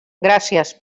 gràcies